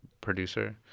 producer